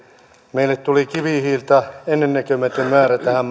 meille tuli kivihiiltä ennennäkemätön määrä tähän